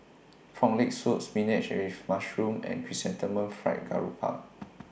Frog Leg Soup Spinach with Mushroom and Chrysanthemum Fried Garoupa